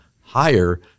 higher